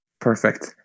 Perfect